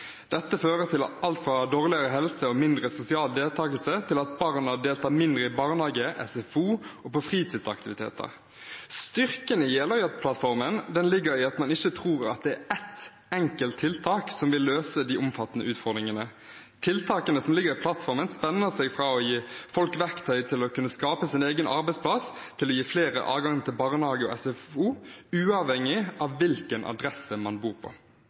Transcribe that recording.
Dette fører til alt fra dårligere helse og mindre sosial deltakelse til at barna deltar mindre i barnehage, SFO og fritidsaktiviteter. Styrken i Jeløya-plattformen ligger i at man ikke tror at det er ett enkelt tiltak som vil løse de omfattende utfordringene. Tiltakene som ligger i plattformen, spenner fra å gi folk verktøy til å kunne skape sin egen arbeidsplass til å gi flere adgang til barnehage og SFO, uavhengig av hvilken adresse man bor på.